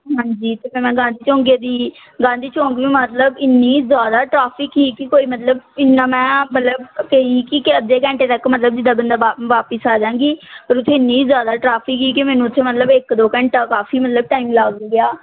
ਹਾਂਜੀ ਅਤੇ ਫਿਰ ਮੈਂ ਗਾਂਧੀ ਚੌਕ ਗਈ ਸੀ ਗਾਂਧੀ ਚੌਕ ਵੀ ਮਤਲਬ ਇੰਨੀ ਜ਼ਿਆਦਾ ਟਰੈਫਿਕ ਸੀ ਕਿ ਕੋਈ ਮਤਲਬ ਇੰਨਾ ਮੈਂ ਮਤਲਬ ਗਈ ਠੀਕ ਹੈ ਅੱਧੇ ਘੰਟੇ ਤੱਕ ਮਤਲਬ ਜਿੱਦਾਂ ਬੰਦਾ ਵਾਪ ਵਾਪਸ ਆ ਜਵਾਂਗੀ ਪਰ ਉੱਥੇ ਇੰਨੀ ਜ਼ਿਆਦਾ ਟਰੈਫਿਕ ਸੀ ਕਿ ਮੈਨੂੰ ਉੱਥੇ ਮਤਲਬ ਇੱਕ ਦੋ ਘੰਟਾ ਕਾਫੀ ਮਤਲਬ ਟਾਈਮ ਲੱਗ ਗਿਆ